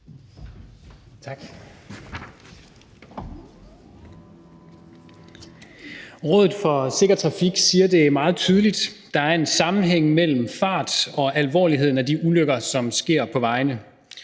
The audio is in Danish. Rådet for Sikker Trafik siger det meget tydeligt: Der er en sammenhæng mellem fart og alvorligheden af de ulykker, som sker på vejene.